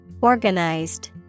Organized